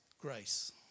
grace